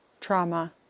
trauma